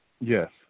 Yes